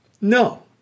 no